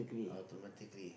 automatically